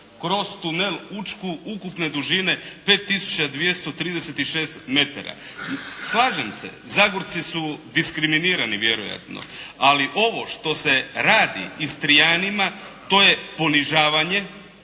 kroz tunel Učku ukupne dužine 5 tisuća 236 metara. Slažem se, Zagorci su diskriminirani vjerojatno. Ali ovo što se radi Istrijanima to je ponižavanje